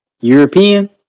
European